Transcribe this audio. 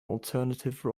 alternative